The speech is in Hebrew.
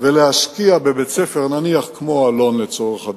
ולהשקיע בבית-ספר כמו "אלון", לצורך הדוגמה.